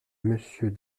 monsieur